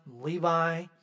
Levi